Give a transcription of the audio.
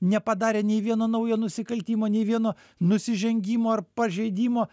nepadarė nei vieno naujo nusikaltimo nei vieno nusižengimo ar pažeidimo